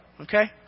okay